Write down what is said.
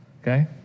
Okay